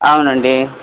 అవునండి